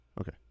Okay